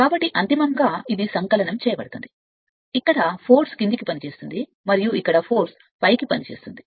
కాబట్టి అంతిమంగా ఇది సంకలనం అందుకే మీరు శక్తి అని పిలవబడేది క్రిందికి పనిచేస్తుంది మరియు ఇక్కడ ఎదురుగా శక్తి పైకి పిలుస్తుంది